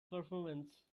performance